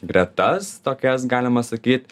gretas tokias galima sakyt